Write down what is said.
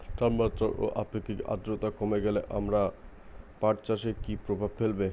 তাপমাত্রা ও আপেক্ষিক আদ্রর্তা কমে গেলে আমার পাট চাষে কী প্রভাব ফেলবে?